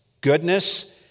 goodness